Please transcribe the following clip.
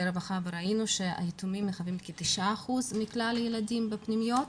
רווחה וראינו שהיתומים מהווים כ-9% מכלל הילדים בפנימיות.